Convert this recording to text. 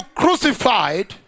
crucified